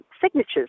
signatures